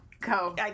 go